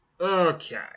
Okay